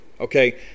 okay